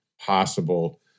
possible